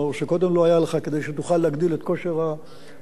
כדי שתוכל להגדיל את כושר ההזרמה של המערכת,